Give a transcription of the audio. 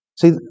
See